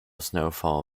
snowfall